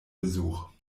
besuch